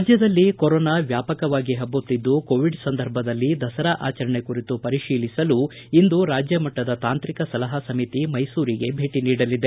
ರಾಜ್ಯದಲ್ಲಿ ಕೊರೋನಾ ವ್ಯಾಪಕವಾಗಿ ಹಬ್ಬುತ್ತಿದ್ದು ಕೋವಿಡ್ ಸಂದರ್ಭದಲ್ಲಿ ದಸರಾ ಆಚರಣೆ ಕುರಿತು ಪರಿತೀಲಿಸಲು ಇಂದು ರಾಜ್ಯ ಮಟ್ಟದ ತಾಂತ್ರಿಕ ಸಲಹಾ ಸಮಿತಿ ಮೈಸೂರಿಗೆ ಭೇಟಿ ನೀಡಲಿದೆ